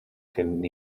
cyn